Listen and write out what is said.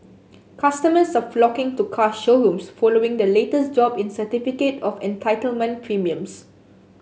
customers are flocking to car showrooms following the latest drop in certificate of entitlement premiums